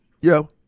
Yo